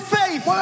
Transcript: faith